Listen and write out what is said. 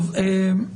ראשית,